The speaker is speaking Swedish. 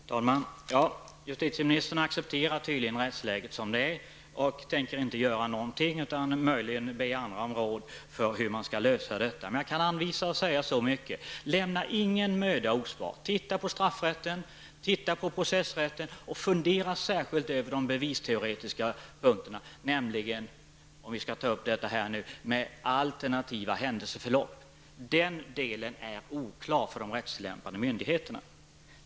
Herr talman! Justitieministern accepterar tydligen rättsläget som det är och tänker inte göra någonting utom möjligen att be andra om råd hur man skall lösa detta. Då vill jag säga: Lämna ingen möda ospard. Titta på straffrätten, processrätten och fundera särskilt över de bevisteoretiska punkterna, nämligen, om vi skall ta upp detta nu, alternativa händelseförlopp. Den delen är oklar för de rättstillämpande myndigheterna.